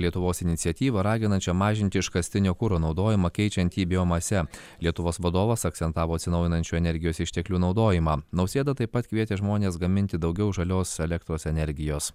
lietuvos iniciatyvą raginančią mažinti iškastinio kuro naudojimą keičiant jį biomase lietuvos vadovas akcentavo atsinaujinančių energijos išteklių naudojimą nausėda taip pat kvietė žmones gaminti daugiau žalios elektros energijos